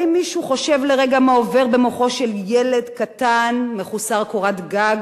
האם מישהו חושב לרגע מה עובר במוחו של ילד מחוסר קורת גג